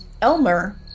Elmer